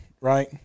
right